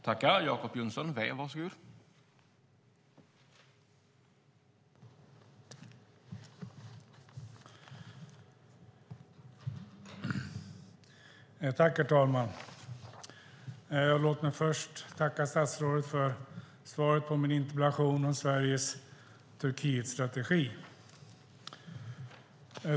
Herr talman! Låt mig först tacka statsrådet för svaret på min interpellation om Sveriges Turkietstrategi.